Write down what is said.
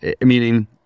meaning